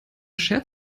schert